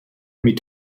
mit